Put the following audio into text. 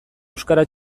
euskara